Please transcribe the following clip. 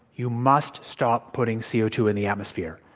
you must stop putting c o two in the atmosphere.